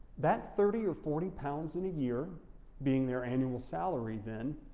that thirty or forty pounds in a year being their annual salary then,